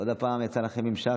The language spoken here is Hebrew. עוד הפעם יצא לכם ממשק.